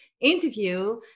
interview